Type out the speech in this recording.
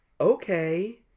Okay